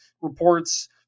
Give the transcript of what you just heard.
reports